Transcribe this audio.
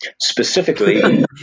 specifically